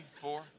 four